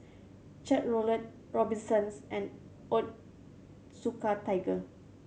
Chevrolet Robinsons and Onitsuka Tiger